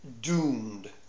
doomed